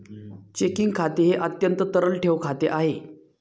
checking खाते हे अत्यंत तरल ठेव खाते आहे